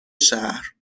شهر